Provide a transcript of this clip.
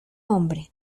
hombre